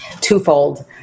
Twofold